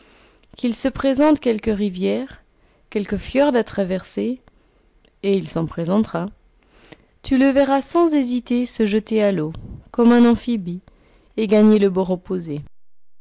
qu'il se présente quelque rivière quelque fjrd à traverser et il s'en présentera tu le verras sans hésiter se jeter à l'eau comme un amphibie et gagner le bord opposé